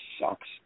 sucks